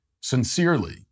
sincerely